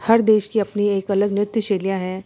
हर देश की अपनी एक अलग नृत्य शैलियाँ हैं